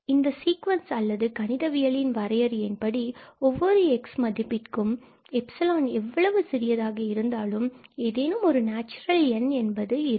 இந்த சீக்குவன்ஸ் அல்லது கணிதவியலின் வரையறையின் படி ஒவ்வொரு 𝑥∈𝑎𝑏 மதிப்பிற்கும் 𝜖0 எவ்வளவு சிறியதாக இருந்தாலும் ஏதேனும் ஒரு நேச்சுரல் எண் என்பது 𝑁𝜖𝑥 இருக்கும்